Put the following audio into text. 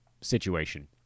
situation